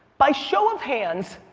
by show of hands,